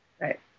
Right